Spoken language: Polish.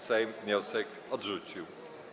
Sejm wniosek odrzucił.